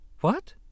What